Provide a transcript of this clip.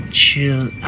chill